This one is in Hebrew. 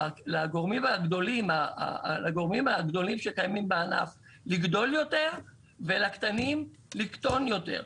לגורמים הגדולים שקיימים בענף לגדול יותר ולקטנים לקטון יותר.